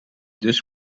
dus